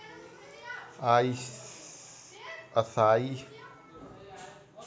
acai berry vitamin A, vitamin C, और vitamin E का बेहतरीन स्त्रोत है